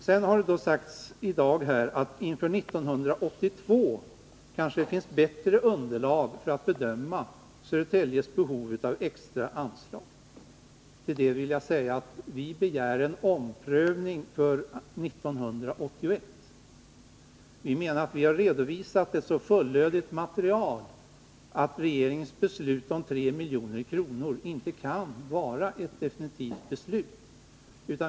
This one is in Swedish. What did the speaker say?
Det har också sagts att det vid statbehandlingen inför 1982 kanske finns bättre underlag för att bedöma Södertäljes behov av extra anslag. Till det vill jag genmäla att vi begär en omprövning för 1981 och att vi har redovisat ett så fullödigt material att regeringens beslut om 3 milj.kr. i bidrag inte kan vara ett definitivt beslut.